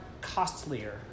costlier